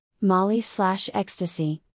molly-slash-ecstasy